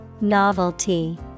Novelty